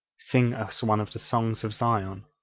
sing us one of the songs of zion.